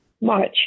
March